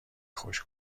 خوش